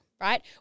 right